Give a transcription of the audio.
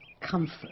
comfort